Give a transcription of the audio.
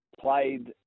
played